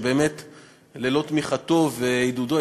שללא תמיכתו ועידודו,